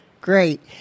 Great